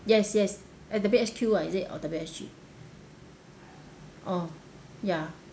yes yes at W_S_Q ah is it or the W_S_G oh ya